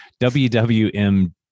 WWM